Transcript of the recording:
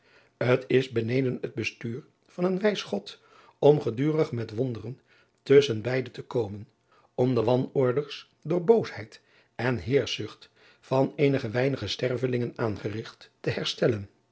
t s beneden het bestuur van een wijs od om gedurig met wonderen tusschen beide te komen om de wanorders door boosheid en heerschzucht van eenige weinige stervelingen aangerigt te herstellen